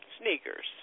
sneakers